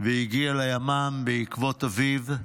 והגיע לימ"מ בעקבות אביו,